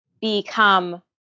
become